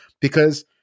because-